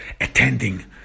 attending